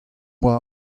boa